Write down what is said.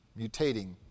mutating